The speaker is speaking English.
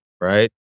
right